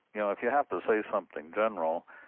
you know if you have to say something general,